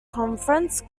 conference